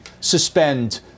suspend